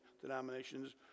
denominations